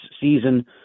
season